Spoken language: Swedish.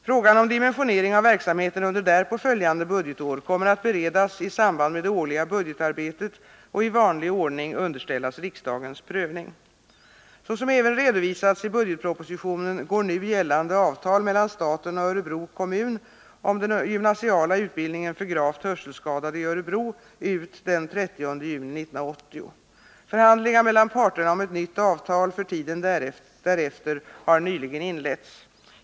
Frågan om dimensionering av verksamheten under därpå följande budgetår kommer att beredas i samband med det årliga budgetarbetet och i vanlig ordning underställas riksdagens prövning. Såsom även redovisats i budgetpropositionen går nu gällande avtal mellan staten och Örebro kommun om den gymnasiala utbildningen för gravt hörselskadade i Örebro ut den 30 juni 1980. Förhandlingar mellan parterna om ett nytt avtal för tiden därefter har nyligen inletts.